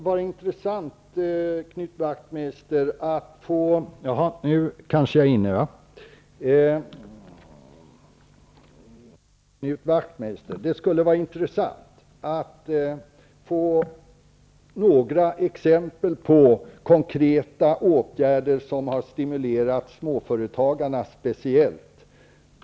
Fru talman! Det skulle vara intressant, Knut Wachtmeister, att få höra några exempel på konkreta åtgärder som har stimulerat småföretagarna speciellt.